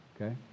okay